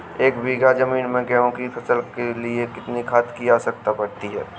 एक बीघा ज़मीन में गेहूँ की फसल के लिए कितनी खाद की आवश्यकता पड़ती है?